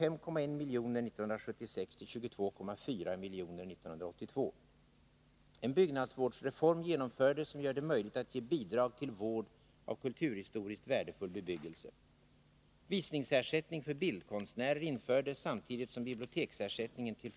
En byggnadsvårdsreform genomfördes, som gör det möjligt att ge bidrag till vård av kulturhistoriskt värdefull bebyggelse.